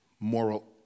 Moral